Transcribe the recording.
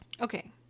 Okay